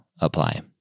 apply